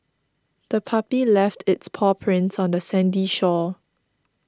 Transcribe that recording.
the puppy left its paw prints on the sandy shore